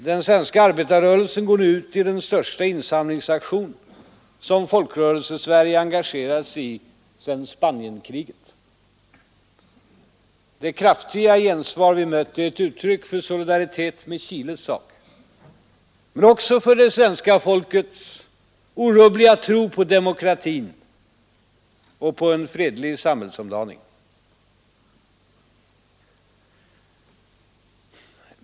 Den svenska arbetarrörelsen går nu ut i den största insamlingsaktion som Folkrörelsesverige engagerat sig i sedan Spanienkriget. Det kraftiga gensvar vi mött är ett uttryck för solidaritet med Chiles sak men också för det svenska folkets orubbliga tro på demokratin och på en fredlig samhällsomdaning.